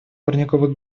парниковых